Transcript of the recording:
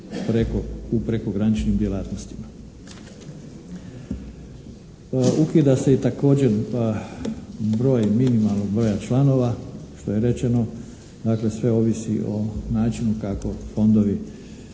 preko, u prekograničnim djelatnostima. Ukida se i također broj minimalnog broja članova što je rečeno. Dakle sve ovisi o načinu kako fondovi